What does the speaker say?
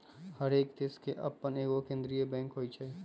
हरेक देश के अप्पन एगो केंद्रीय बैंक होइ छइ